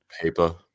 paper